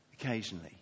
occasionally